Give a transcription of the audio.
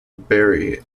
berry